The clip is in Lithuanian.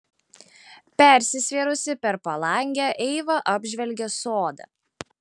persisvėrusi per palangę eiva apžvelgė sodą